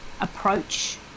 approach